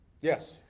Yes